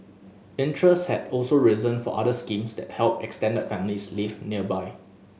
interest has also risen for other schemes that help extended families live nearby